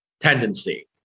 tendency